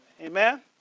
Amen